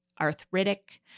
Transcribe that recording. arthritic